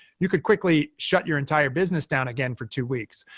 you could quickly shut your entire business down again for two weeks.